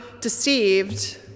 deceived